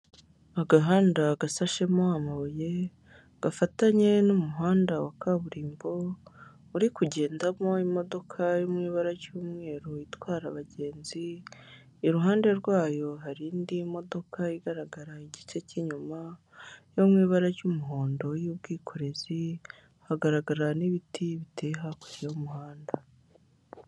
Agahanda gasashemo amabuye, gafatanye n'umuhanda wa kaburimbo, uri kugendamo imodoka yo mu ibara ry'umweru itwara abagenzi, iruhande rwayo hari indi modoka igaragara igice cy'inyuma, yo mu ibara ry'umuhondo y'ubwikorezi, hagaragara n'ibiti biteye hakurya y'umuhanda.